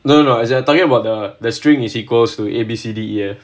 no no as in I talking about the the string is equals to A B C D E F